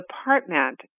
apartment